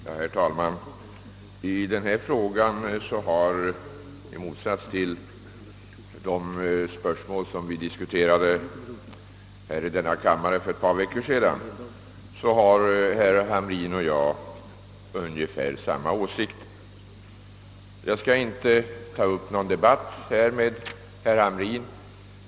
Herr talman! I denna fråga — i motsats till de spörsmål som vi diskuterade i denna kammare för ett par veckor sedan — har herr Hamrin i Jönköping och jag ungefär samma åsikt. Jag skall inte nu ta upp någon debatt med herr Hamrin.